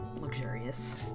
luxurious